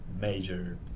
major